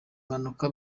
mpanuka